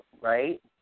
Right